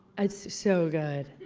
it's so good.